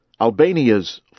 Albania's